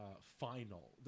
final